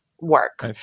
work